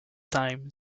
time